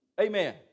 Amen